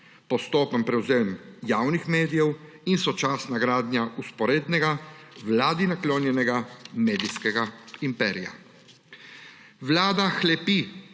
Postopen prevzem javnih medijev in sočasna gradnja vzporednega, vladi naklonjenega medijskega imperija. Vlada hlepi